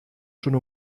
schon